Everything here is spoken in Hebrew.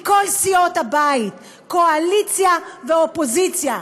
מכל סיעות הבית, קואליציה ואופוזיציה.